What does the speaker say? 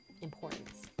importance